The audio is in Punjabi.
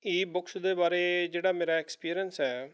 ਈ ਬੁੱਕਸ ਦੇ ਬਾਰੇ ਜਿਹੜਾ ਮੇਰਾ ਐਕਸਪੀਰੀਅੰਸ ਹੈ